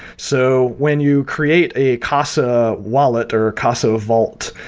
so when you create a casa wallet, or casa vault,